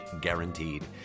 guaranteed